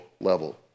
level